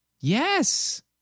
Yes